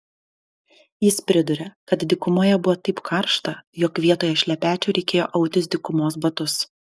jis priduria kad dykumoje buvo taip karšta jog vietoj šlepečių reikėjo autis dykumos batus